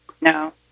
No